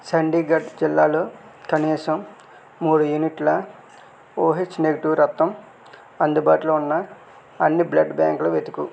చండీగఢ్ జిల్లాలో కనీసం మూడు యూనిట్ల ఓహెచ్ నెగిటివ్ రక్తం అందుబాటులో ఉన్న అన్ని బ్లడ్ బ్యాంకులు వెతుకు